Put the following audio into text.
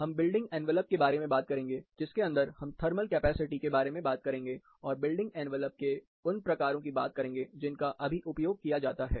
हम building envelope के बारे में बात करेंगे जिसके अंदर हम थर्मल कैपेसिटी के बारे में बात करेंगे और बिल्डिंग एनवेलप के उन प्रकारों की बात करेंगे जिनका अभी उपयोग किया जाता है